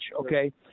okay